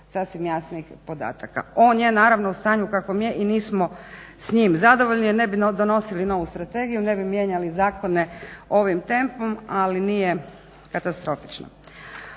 sasvim jasnih podataka. On je naravno u stanju kakvom je i nismo s njim zadovoljni jer ne bi donosili novu strategiju, ne bi mijenjali zakone ovim tempom, ali nije katastrofično.